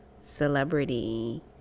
celebrity